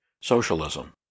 socialism